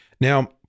Now